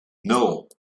nul